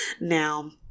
Now